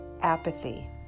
Apathy